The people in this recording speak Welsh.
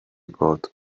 bod